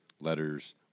letters